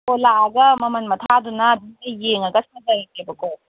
ꯍꯣ ꯂꯥꯛꯑꯒ ꯃꯃꯟ ꯃꯊꯥꯗꯨꯅ ꯌꯦꯡꯉꯒ ꯁꯥꯖꯔꯒꯦꯕꯀꯣ